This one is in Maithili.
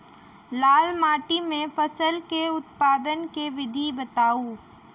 लाल माटि मे फसल केँ उत्पादन केँ विधि बताऊ?